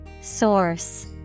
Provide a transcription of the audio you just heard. Source